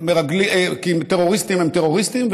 טרוריסטים הם טרוריסטים,